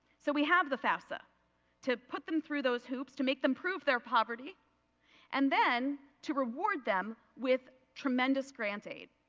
so we have the fafsa to put them through those hoops to make them prove their poverty and then to reward them with tremendous grant aid.